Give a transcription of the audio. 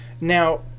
Now